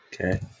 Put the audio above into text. Okay